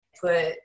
put